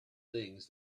things